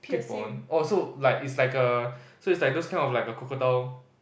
clip on oh so like it's like err so it's like those type of like a crocodile